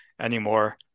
anymore